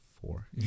four